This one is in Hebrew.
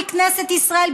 מכנסת ישראל,